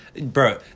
Bro